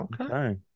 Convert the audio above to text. Okay